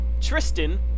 Tristan